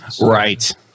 Right